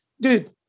dude